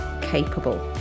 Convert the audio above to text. capable